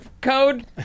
code